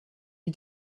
you